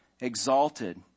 exalted